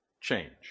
change